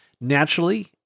Naturally